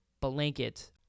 blanket